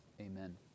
Amen